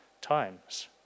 times